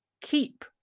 keep